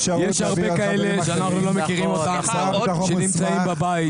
יש הרבה כאלה שאנחנו לא מכירים אותם והם נמצאים בבית.